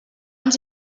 ens